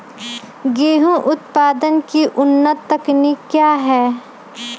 गेंहू उत्पादन की उन्नत तकनीक क्या है?